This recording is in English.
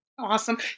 Awesome